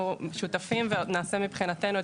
אנחנו שותפים ונעשה את מה